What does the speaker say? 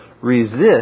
resist